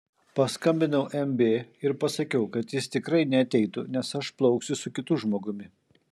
paskambinau mb ir pasakiau kad jis tikrai neateitų nes aš plauksiu su kitu žmogumi